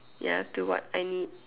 ya to what I need